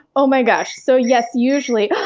oh my gosh, so yes, usually,